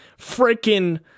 freaking